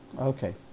Okay